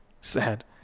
Sad